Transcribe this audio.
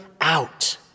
out